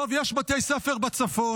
טוב, יש בתי ספר בצפון,